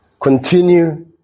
Continue